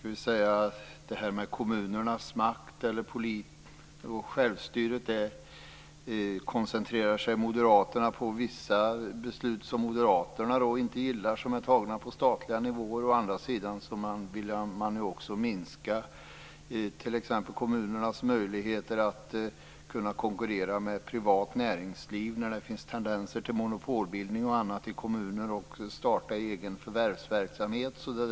Vad gäller kommunernas makt och självstyre koncentrerar sig moderaterna på vissa beslut, fattade på statlig nivå, som de inte gillar. Men moderaterna vill också minska kommunernas möjligheter att konkurrera med privat näringsliv då det finns tendenser till monopolbildning och start av egen förvärvsverksamhet i kommuner.